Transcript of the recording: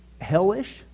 hellish